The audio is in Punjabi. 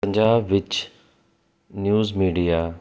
ਪੰਜਾਬ ਵਿੱਚ ਨਿਊਜ਼ ਮੀਡੀਆ